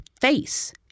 face